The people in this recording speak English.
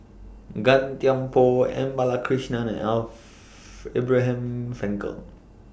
Gan Thiam Poh M Balakrishnan and Abraham Frankel